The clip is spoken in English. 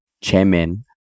chairman